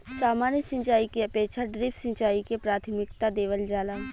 सामान्य सिंचाई के अपेक्षा ड्रिप सिंचाई के प्राथमिकता देवल जाला